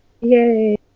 Yay